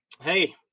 Hey